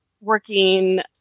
working